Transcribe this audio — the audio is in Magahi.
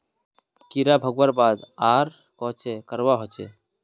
कीड़ा भगवार बाद आर कोहचे करवा होचए?